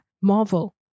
Marvel